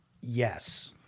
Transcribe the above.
Yes